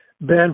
Ben